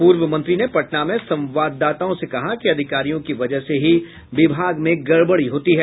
पूर्व मंत्री ने पटना में संवाददाताओं से कहा कि अधिकारियों की वजह से ही विभाग में गड़बड़ी होती है